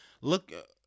Look